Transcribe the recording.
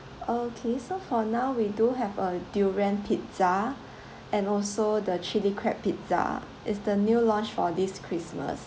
okay so for now we do have a durian pizza and also the chilli crab pizza it's the new launch for this christmas